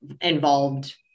involved